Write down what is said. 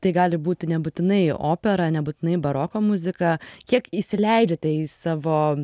tai gali būti nebūtinai opera nebūtinai baroko muzika kiek įsileidžiate į savo